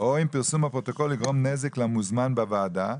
או אם פרסום הפרוטוקול יגרום נזק למוזמן בוועדה,